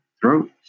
throat